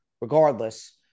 regardless